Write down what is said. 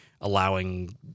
allowing